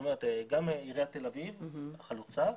גם עיריית תל אביב, החלוצה,